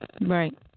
Right